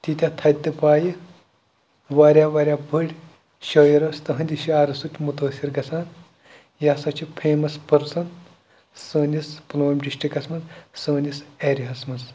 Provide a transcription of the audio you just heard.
تیٖتیٛاہ تھَدٕ تہٕ پایہِ واریاہ واریاہ بٔڑۍ شٲعر اوس تٕہٕنٛدِ شعرو سۭتۍ مُتٲثر گژھان یہِ ہسا چھِ فیمَس پٔرسَن سٲنِس پُلوٲمۍ ڈِسٹرکَس منٛز سٲنِس ایریاہَس منٛز